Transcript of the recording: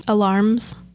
Alarms